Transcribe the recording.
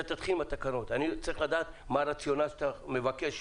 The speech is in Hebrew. אתה תתחיל עם התקנות ואני צריך לדעת מה הרציונל שאתה מבקש.